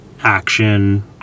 action